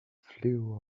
flew